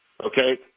Okay